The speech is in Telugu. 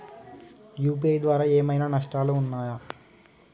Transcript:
యూ.పీ.ఐ ద్వారా ఏమైనా నష్టాలు ఉన్నయా?